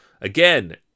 Again